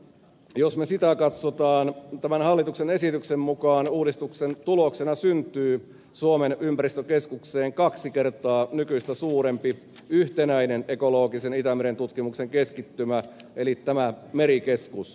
jos me sitä katsomme tämän hallituksen esityksen mukaan niin uudistuksen tuloksena syntyy suomen ympäristökeskukseen kaksi kertaa nykyistä suurempi yhtenäinen ekologisen itämeren tutkimuksen keskittymä eli tämä merikeskus